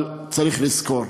אבל צריך לזכור: